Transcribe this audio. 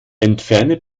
entferne